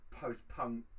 Post-punk